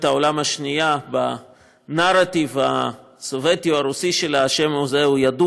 העולם השנייה בנרטיב הסובייטי או הרוסי שלה הוא ידוע,